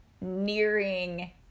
nearing